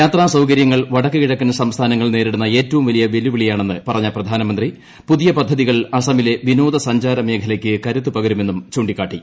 യാത്രാ സൌകര്യങ്ങൾ വടക്കുകിഴക്കൻ സംസ്ഥാനങ്ങൾ നേരിടുന്ന ഏറ്റവും വലിയ വെല്ലുവിളിയാണെന്ന് പറഞ്ഞ പ്രധാനമന്ത്രി പുതിയ പദ്ധതി കൾ അസമിലെ വിനോദസഞ്ചാരമേഖലയ്ക്ക് കരുത്ത് പകരുമെന്നും ചൂണ്ടിക്കാട്ടി